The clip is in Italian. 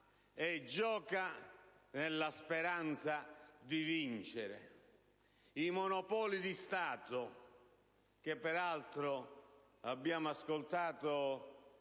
e gioca nella speranza di vincere. I monopoli di Stato, che peraltro abbiamo ascoltato